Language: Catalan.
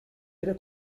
era